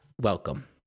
welcome